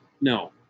No